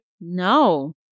No